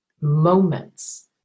moments